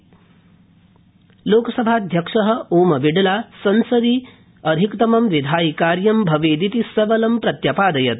लोकसभाध्यक्ष लोकसभाध्यक्ष ओमबिडला संसदि अधिकतमं विधायिकार्य भवेदिति सबलं प्रत्यपादयत